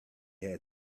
had